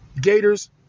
gators